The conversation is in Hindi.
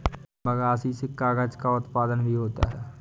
बगासी से कागज़ का भी उत्पादन होता है